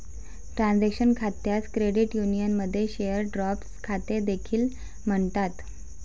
transaction खात्यास credit युनियनमध्ये share draft खाते देखील म्हणतात